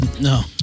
No